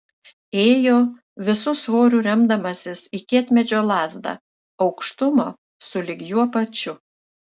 ėjo visu svoriu remdamasis į kietmedžio lazdą aukštumo sulig juo pačiu